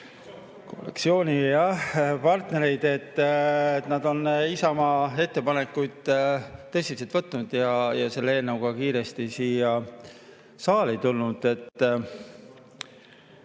koalitsioonipartnereid, et nad on Isamaa ettepanekuid tõsiselt võtnud ja selle eelnõuga kiiresti siia saali tulnud. On